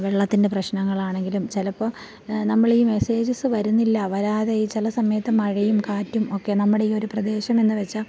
വെള്ളത്തിൻ്റെ പ്രശ്നങ്ങളാണെങ്കിലും ചിലപ്പം നമ്മൾ ഈ മെസ്സേജസ്സ് വരുന്നില്ല വരാതെ ഈ ചില സമയത്ത് മഴയും കാറ്റും ഒക്കെ നമ്മുടെ ഈ ഒരു പ്രദേശം എന്ന് വച്ചാൽ